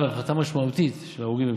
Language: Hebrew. להפחתה משמעותית של הרוגים ופצועים.